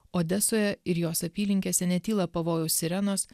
odesoje ir jos apylinkėse netyla pavojaus sirenos